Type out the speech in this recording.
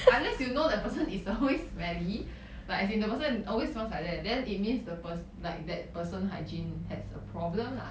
unless you know the person is always smelly like as in the person always smells like that then it means the pers~ like that person hygiene has a problem lah